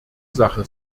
sache